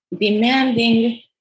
demanding